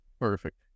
Perfect